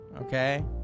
Okay